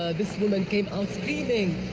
this woman came out screaming,